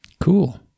Cool